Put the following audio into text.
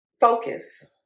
Focus